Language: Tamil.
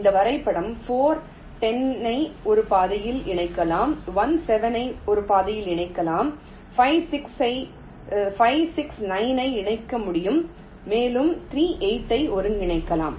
இந்த வரைபடம் 4 10 ஐ ஒரு பாதையில் இணைக்கலாம் 1 7 ஐ ஒரு பாதையில் இணைக்கலாம் 5 6 9 ஐ இணைக்க முடியும் மேலும் 3 8 ஐ ஒன்றிணைக்கலாம்